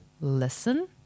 listen